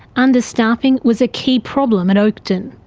understaffing was a key problem at oakden.